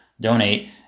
donate